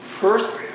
first